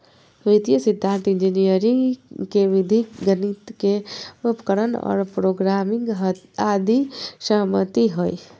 वित्तीय सिद्धान्त इंजीनियरी के विधि गणित के उपकरण और प्रोग्रामिंग आदि समाहित हइ